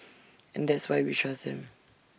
and that's why we trust him